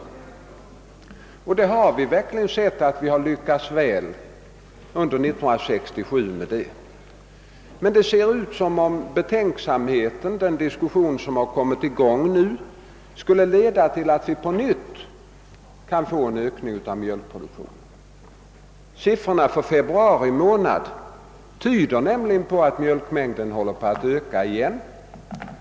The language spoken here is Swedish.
Vi har sett att vi lyckades väl med det under 1967, men det ser ut som om den diskussion som nu kommit i gång skulle leda till att vi på nytt får en ökning av mjölkproduktionen. Siffrorna för februari månad tyder nämligen på att mjölkproduktionen håller på att öka igen.